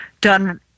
done